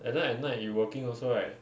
and then at night you working also right